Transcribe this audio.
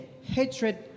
hatred